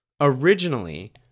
originally